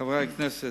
חברי הכנסת,